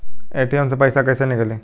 ATM से पैसा कैसे नीकली?